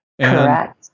Correct